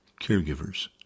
caregivers